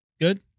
Good